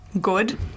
good